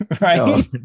right